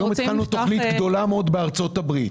התחלנו תוכנית גדולה מאוד בארצות הברית